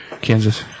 Kansas